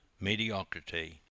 mediocrity